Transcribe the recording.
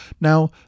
Now